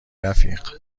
رفیق